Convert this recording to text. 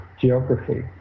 geography